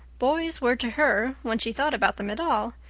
boys were to her, when she thought about them at all,